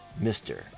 Mr